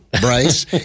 Bryce